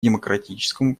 демократическому